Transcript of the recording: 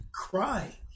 cry